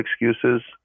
excuses